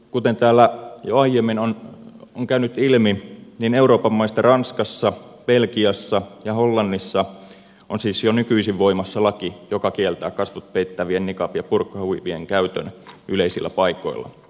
kuten täällä jo aiemmin on käynyt ilmi niin euroopan maista ranskassa belgiassa ja hollannissa on siis jo nykyisin voimassa laki joka kieltää kasvot peittävien niqabien ja burkahuivien käytön yleisillä paikoilla